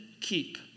keep